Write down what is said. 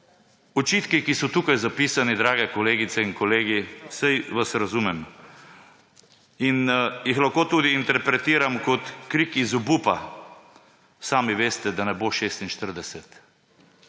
Očitki, ki so tukaj zapisani, drage kolegice in kolegi, saj vas razumem, in jih lahko tudi interpretiram kot krik iz obupa. Sami veste, da ne bo 46,